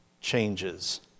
changes